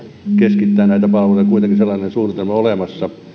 keskittää näitä palveluja kuitenkin sellainen suunnitelma on olemassa